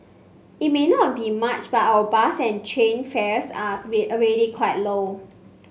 it may not be much but our bus and train fares are already quite low